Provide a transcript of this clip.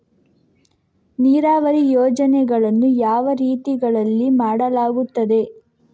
ನೀರಾವರಿ ಯೋಜನೆಗಳನ್ನು ಯಾವ ರೀತಿಗಳಲ್ಲಿ ಮಾಡಲಾಗುತ್ತದೆ?